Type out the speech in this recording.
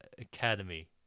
Academy